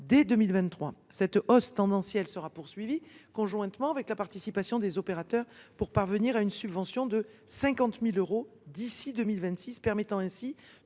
dès 2023. Cette hausse tendancielle sera poursuivie, conjointement avec la participation des opérateurs, pour parvenir à une subvention de 50 000 euros par an